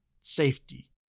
safety